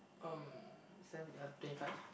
um seven uh twenty five